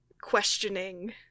questioning